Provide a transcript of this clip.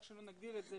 או איך שלא נגדיר את זה,